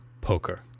poker